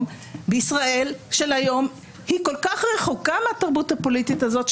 בישראל של היום היא כל כך רחוקה מהתרבות הפוליטית הזאת,